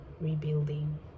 Rebuilding